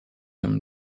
him